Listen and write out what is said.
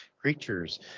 creatures